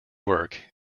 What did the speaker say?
work